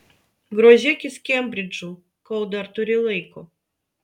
grožėkis kembridžu kol dar turi laiko